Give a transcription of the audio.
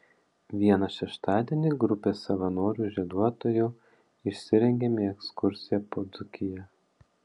vieną šeštadienį grupė savanorių žieduotojų išsirengėme į ekskursiją po dzūkiją